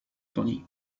tony